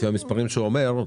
לפי המספרים שהוא אומר,